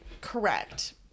Correct